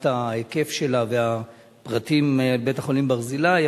ההיקף שלה והפרטים על בית-החולים "ברזילי",